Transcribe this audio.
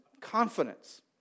confidence